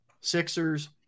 Sixers